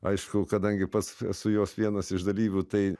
aišku kadangi pats esu jos vienas iš dalyvių tai